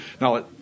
Now